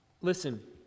Listen